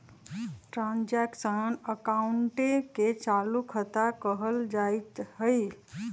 transaction अकाउंटे के चालू खता कहल जाइत हइ